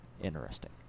Interesting